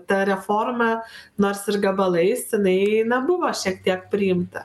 ta reforma nors ir gabalais jinai na buvo šiek tiek priimta